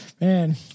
man